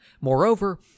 Moreover